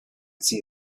see